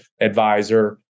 advisor